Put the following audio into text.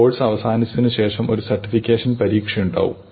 course അവസാനിച്ചതിന് ശേഷം ഒരു സർട്ടിഫിക്കേഷൻ പരീക്ഷ ഉണ്ടാകും